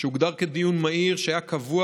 שהיה קבוע,